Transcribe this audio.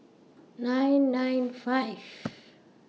nine nine five